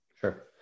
Sure